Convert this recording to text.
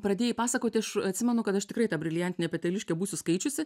pradėjai pasakoti aš atsimenu kad aš tikrai tą briliantinę peteliškę būsiu skaičiusi